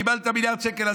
קיבלת מיליארד שקל,